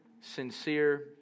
sincere